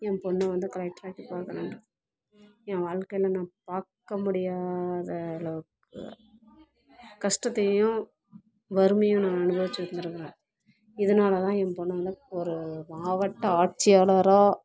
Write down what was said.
என் பொண்ண வந்து கலெக்ட்ராக்கி பார்க்கணுன்றது என் வாழ்க்கையில் நான் பார்க்க முடியாத அளவுக்கு கஷ்டத்தையும் வறுமையும் நான் அனுபவிச்சிட்ருக்குறேன் இதனால தான் என் பொண்ணை வந்து ஒரு மாவட்ட ஆட்சியாளராக